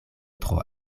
tro